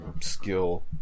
skill